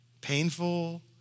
painful